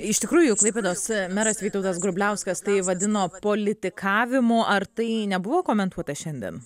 iš tikrųjų klaipėdos meras vytautas grubliauskas tai vadino politikavimu ar tai nebuvo komentuota šiandien